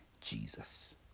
Jesus